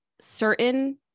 certain